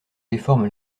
déforme